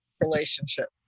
relationship